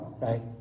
right